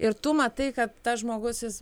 ir tu matai kad tas žmogus jis